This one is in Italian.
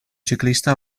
ciclista